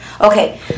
Okay